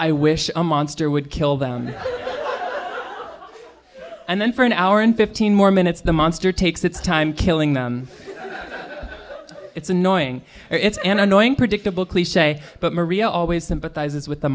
i wish a monster would kill them and then for an hour and fifteen more minutes the monster takes its time killing them it's annoying it's an annoying predictable cliche but maria always sympathizes with the